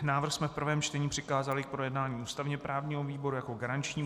Návrh jsme v prvém čtení přikázali k projednání ústavněprávnímu výboru jako garančnímu.